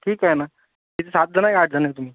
ठीक आहे ना किती सात जण आहे की आठ जण आहे तुम्ही